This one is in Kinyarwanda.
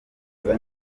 niba